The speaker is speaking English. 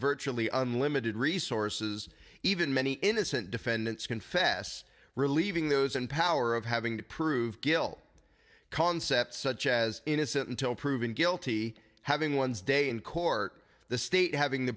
virtually unlimited resources even many innocent defendants confess relieving those in power of having to prove guilt concept such as innocent until proven guilty having one's day in court the state having the